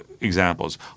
examples